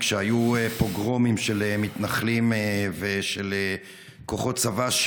כשהיו פוגרומים של מתנחלים ושל כוחות צבא,